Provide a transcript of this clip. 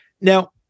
Now